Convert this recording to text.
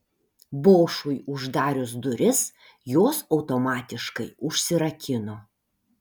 bošui uždarius duris jos automatiškai užsirakino